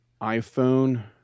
iPhone